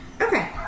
Okay